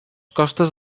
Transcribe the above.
costes